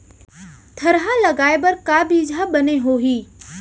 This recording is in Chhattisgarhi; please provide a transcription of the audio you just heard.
थरहा लगाए बर का बीज हा बने होही?